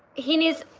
he needs,